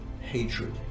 hatred